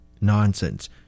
Nonsense